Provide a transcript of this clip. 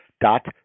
dot